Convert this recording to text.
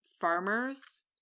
farmers